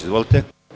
Izvolite.